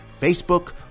Facebook